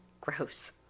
Gross